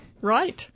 right